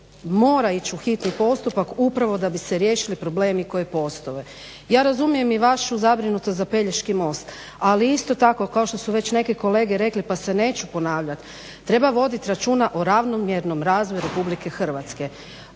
mora ić u hitni postupak upravo da bi se riješili problemi koji postoje. Ja razumijem i vašu zabrinutost za Pelješki most, ali isto tako kao što su već neke kolege rekli pa se neću ponavljat treba voditi računa o ravnomjernom razvoju RH.